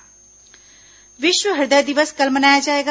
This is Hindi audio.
विश्व हृदय दिवस विश्व हृदय दिवस कल मनाया जाएगा